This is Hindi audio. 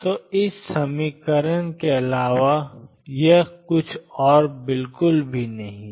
तो ⟨x ⟨x⟩p ⟨p⟩⟩ ⟨xp x⟨p⟩ ⟨x⟩p⟨x⟩⟨p⟩⟩ के अलावा और कुछ नहीं है